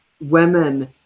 women